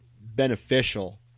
beneficial